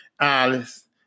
Alice